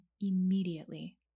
immediately